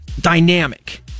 dynamic